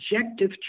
objective